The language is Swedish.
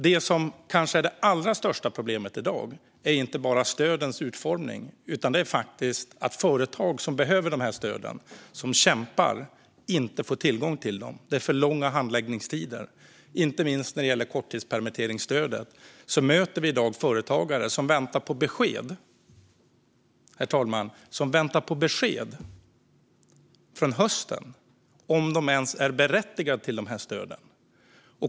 Det som kanske är det allra största problemet i dag är inte bara stödens utformning, utan det är faktiskt att företag som behöver de här stöden och som kämpar inte får tillgång till dem. Det är för långa handläggningstider. Inte minst när det gäller korttidspermitteringsstödet, herr talman, möter vi i dag företagare som väntar på besked. De väntar alltså på besked från hösten om huruvida de ens är berättigade till stöden.